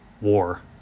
war